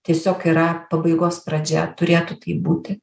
tiesiog yra pabaigos pradžia turėtų taip būti